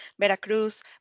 Veracruz